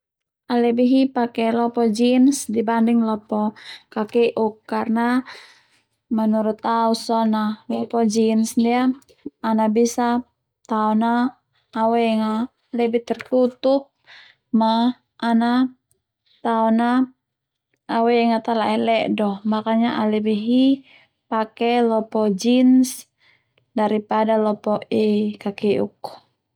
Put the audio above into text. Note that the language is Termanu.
Au lebe hi pake lopo jeans dibanding lopo kakeuk karna menurut au sone lopo jeans ia ana bisa tao na au eng lebih tertutup ma ana tao na au eng tala'e le'do makanya au lebe hi pake lopo jeans daripada lopo e kakeuk